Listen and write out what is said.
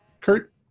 Kurt